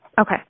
Okay